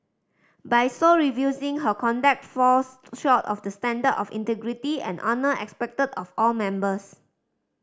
by so refusing her conduct falls short of the standard of integrity and honour expected of all members